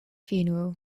funeral